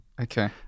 Okay